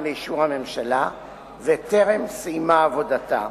לאישור הממשלה וטרם סיימה את עבודתה.